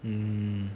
mm